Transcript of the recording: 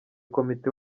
komite